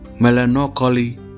melancholy